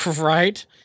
Right